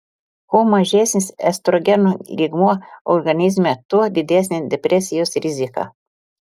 kuo mažesnis estrogenų lygmuo organizme tuo didesnė depresijos rizika